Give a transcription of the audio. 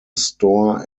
store